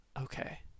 Okay